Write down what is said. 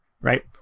right